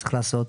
צריך לעשות.